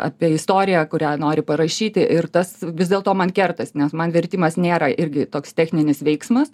apie istoriją kurią nori parašyti ir tas vis dėl to man kertasi nes man vertimas nėra irgi toks techninis veiksmas